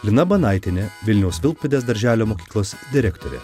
lina banaitienė vilniaus vilkpėdės darželio mokyklos direktorė